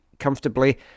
comfortably